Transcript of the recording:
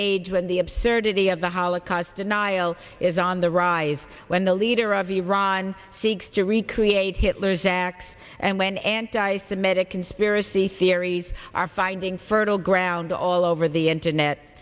age when the absurdity of the holocaust denial is on the rise when the leader of iran seeks to recreate hitler's acts and when anti semitic conspiracy theories are finding fertile ground all over the internet